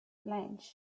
ledge